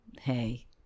hey